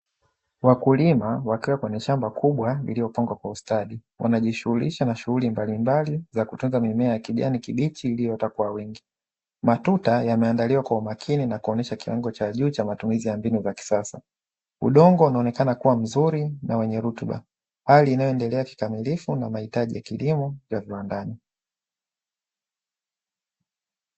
Wakulima wakiwa kwenye shamba kubwa lililopangwa kwa ustadi wanajishulisha na shughuli mbalinbali za kutaka mimea ya kijani kibichi iliyoota kwa wingi , matuta yameandaliwa kwa umakini yakionesha kiwango cha juu cha matumizi ya kisasa ,udongo unaonekana kuwa mzuri na wenye rutuba hali inayoendelea kikamilifu kwa mahitaji ya viwandani .